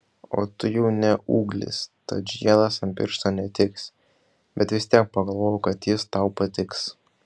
o tu jau ne ūglis tad žiedas ant piršto netiks bet vis tiek pagalvojau kad jis tau patiks